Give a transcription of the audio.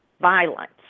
Violence